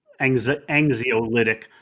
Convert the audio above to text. anxiolytic